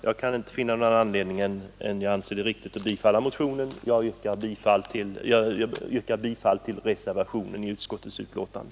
Jag kan inte finna annat än att det är riktigt att bifalla motionen, och jag yrkar bifall till reservationen till utskottets betänkande.